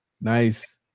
Nice